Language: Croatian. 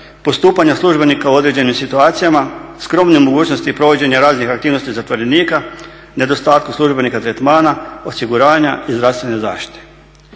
postupanja službenika u određenim situacijama, skromne mogućnosti provođenja raznih aktivnosti zatvorenika, nedostatku službenika tretmana, osiguranja i zdravstvene zaštite.